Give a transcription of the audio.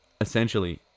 essentially